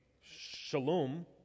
Shalom